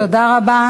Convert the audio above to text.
תודה רבה.